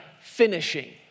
finishing